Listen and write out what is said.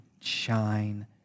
shine